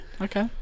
Okay